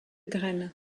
graines